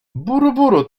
buruburu